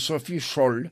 sofi šol